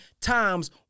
times